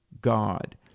God